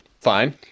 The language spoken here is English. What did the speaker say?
fine